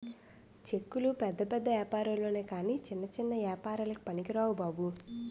చెక్కులు పెద్ద పెద్ద ఏపారాల్లొనె కాని చిన్న చిన్న ఏపారాలకి పనికిరావు బాబు